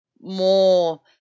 more